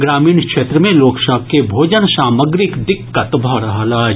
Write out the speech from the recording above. ग्रामीण क्षेत्र मे लोक सभ के भोजन सामग्रीक दिक्कत भऽ रहल अछि